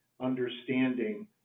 understanding